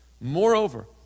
Moreover